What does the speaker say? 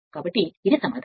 కాబట్టి ఇది సమాధానం